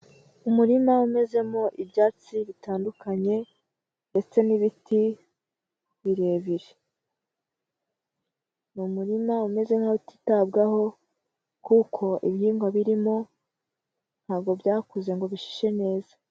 Umurima umezemo ibyatsi bitandukanye ndetse n'ibiti birebire. Ni umurima umeze nkaho utitabwaho kuko ibihingwa birimo ntabwo byakuze ngo bishishe neza.